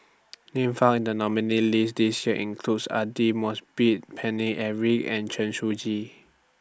Names found in The nominees' list This Year includes Aidli Mosbit Paine Eric and Chen Shiji